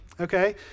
okay